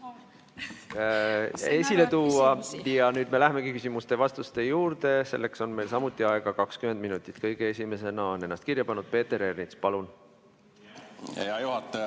Ja nüüd me lähemegi küsimuste ja vastuste juurde. Selleks on meil samuti aega 20 minutit. Kõige esimesena on ennast kirja pannud Peeter Ernits. Palun! Hea juhataja!